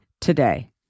today